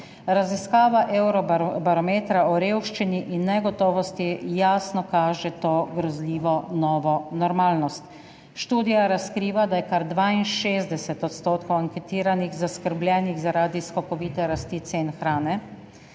Raziskava Eurobarometra o revščini in negotovosti jasno kaže to grozljivo novo normalnost. Študija razkriva, da je kar 62 % anketiranih zaskrbljenih zaradi skokovite rasti cen hrane,